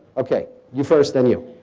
okay. you first, then you.